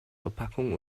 verpackung